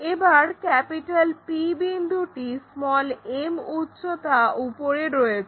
এবার P বিন্দুটি m উচ্চতা উপরে রয়েছে